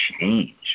change